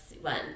one